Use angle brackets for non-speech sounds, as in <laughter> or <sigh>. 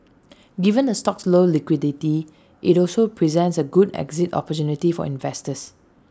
<noise> given the stock's low liquidity IT also presents A good exit opportunity for investors